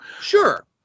Sure